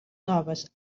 noves